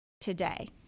today